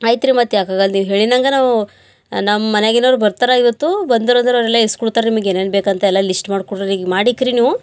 ಆಯ್ತು ರೀ ಮತ್ತು ಯಾಕೆ ಆಗಲ್ದು ನೀವು ಹೇಳಿನಂಗೆ ನಾವೂ ನಮ್ಮ ಮನೆಗಿನವ್ರ ಬರ್ತಾರ ಇವತ್ತು ಬಂದರಂದ್ರ ಅವರೆಲ್ಲ ಇಸ್ಕುಡ್ತಾರ ನಿಮಗೆ ಏನೇನು ಬೇಕಂತ ಎಲ್ಲ ಲಿಶ್ಟ್ ಮಾಡ್ಕೊಡೊರಿಗೆ ಮಾಡಿಕ್ರಿ ನೀವು